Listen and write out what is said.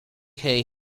hey